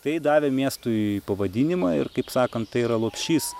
tai davė miestui pavadinimą ir kaip sakant tai yra lopšys